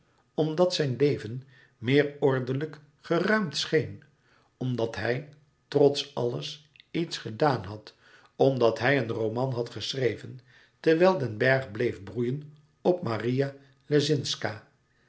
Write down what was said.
omdat zijn leven meer ordelijk geruimd scheen omdat hij trots alles iets gedaan had omdat hij een roman had geschreven terwijl den bergh bleef broeien op maria